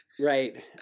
Right